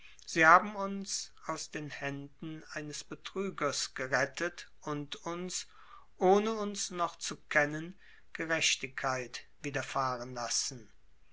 sie haben uns aus den händen eines betrügers gerettet und uns ohne uns noch zu kennen gerechtigkeit widerfahren lassen